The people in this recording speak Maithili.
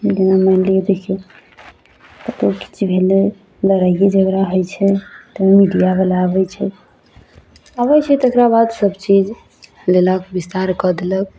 मानिलिअ देखियौ कतहु किछु भेलय लड़ाइये झगड़ा होइ छै तऽ मीडियावला आबय छै अबय छै तकराबाद सबचीज लेलक विस्तार कऽ देलक